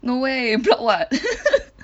no way block what